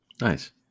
Nice